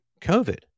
COVID